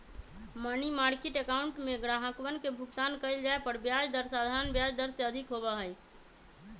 money market account में ग्राहकवन के भुगतान कइल जाये पर ब्याज दर साधारण ब्याज दर से अधिक होबा हई